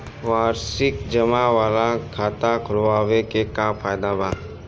वार्षिकी जमा वाला खाता खोलवावे के का फायदा बा?